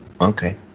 Okay